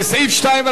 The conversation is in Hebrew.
לסעיף 2,